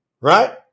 right